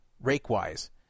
rake-wise